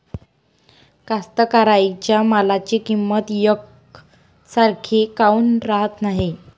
कास्तकाराइच्या मालाची किंमत यकसारखी काऊन राहत नाई?